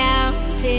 out